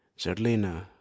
Zerlina